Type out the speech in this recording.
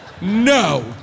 No